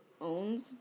owns